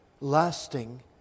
lasting